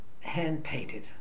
hand-painted